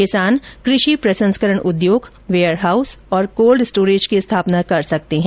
किसान कृषि प्रसंस्करण उद्योग वेयर हाउस और कोल्ड स्टोरेज की स्थापना कर सकते हैं